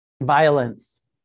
violence